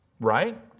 right